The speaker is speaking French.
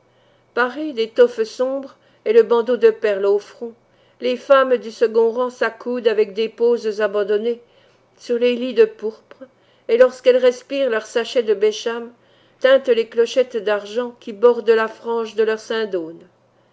parées d'étoffes sombres et le bandeau de perles au front les femmes du second rang s'accoudent avec des poses abandonnées sur les lits de pourpre et lorsqu'elles respirent leurs sachets de besham tintent les clochettes d'argent qui bordent la frange de leurs